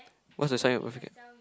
what's the sign above the cap